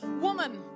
woman